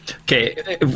Okay